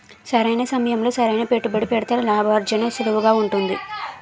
సరైన సమయంలో సరైన పెట్టుబడి పెడితే లాభార్జన సులువుగా ఉంటుంది